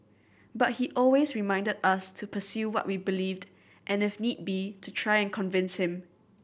but he always reminded us to pursue what we believed and if need be to try and convince him